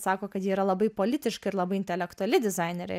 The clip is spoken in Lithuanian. sako kad ji yra labai politiška ir labai intelektuali dizainerė